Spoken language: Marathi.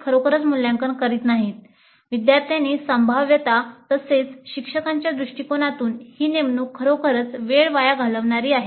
खरोखरच मूल्यांकन करीत नाहीत विद्यार्थ्यांची संभाव्यता तसेच शिक्षकांच्या दृष्टीकोनातूनही ही नेमणूक खरोखरच वेळ वाया घालवणारी आहे